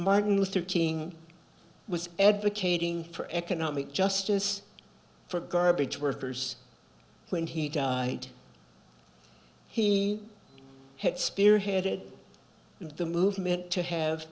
martin luther king was advocating for economic justice for garbage workers when he died he had spearheaded the movement to have